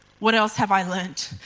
what else have i learnt?